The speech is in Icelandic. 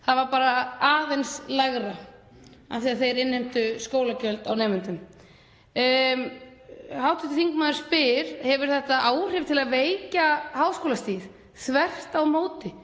Það var bara aðeins lægra af því að þeir innheimtu skólagjöld af nemendum. Hv. þingmaður spyr: Hefur þetta áhrif til að veikja háskólastigið? Þvert á móti.